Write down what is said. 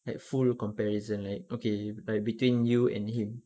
like full comparison like okay like between you and him